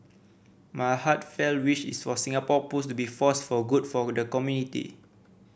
my heartfelt wish is for Singapore Pools to be force for good for the community